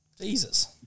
Jesus